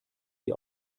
sie